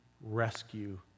rescue